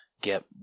get